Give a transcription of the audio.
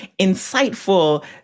insightful